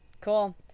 cool